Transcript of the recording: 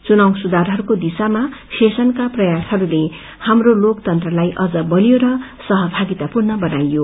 चुनाव सुधारहरूको दिशामा शेषनका प्रयासहरूले हाप्रो लोकतन्त्रलाई अझ बलियो र सहभागितापूर्ण बनाइयो